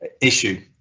issue